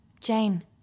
Jane